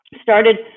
started